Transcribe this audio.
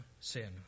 sin